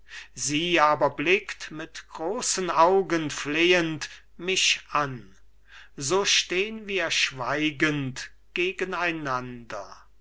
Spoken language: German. ausholend sie aber blickt mit großen augen flehend mich an so stehn wir schweigend